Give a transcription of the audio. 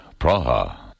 Praha